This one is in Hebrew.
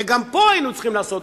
וגם פה היינו צריכים לעשות,